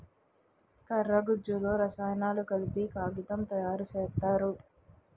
కర్ర గుజ్జులో రసాయనాలు కలిపి కాగితం తయారు సేత్తారు